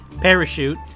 parachute